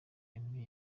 emmy